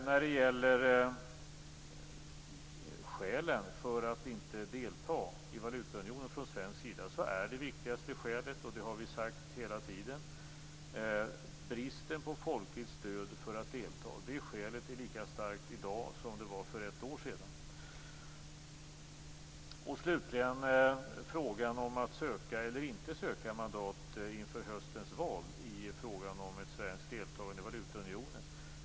När det gäller skälen för att inte delta i valutaunionen från svensk sida är det viktigaste skälet, och det har vi hela tiden sagt, bristen på folkligt stöd för att delta. Det skälet är lika starkt i dag som det var för ett år sedan. Slutligen till frågan om att söka eller inte söka mandat inför höstens val i frågan om ett svenskt deltagande i valutaunionen.